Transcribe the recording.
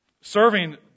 serving